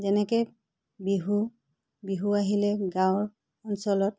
যেনেকৈ বিহু বিহু আহিলে গাঁৱৰ অঞ্চলত